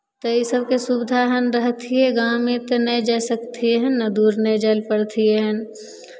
तऽ ई सभके सुविधा एहन रहथियै गाँवमे तऽ नहि जाए सकथियै एहन दूर नहि जाए लऽ पड़थिहनि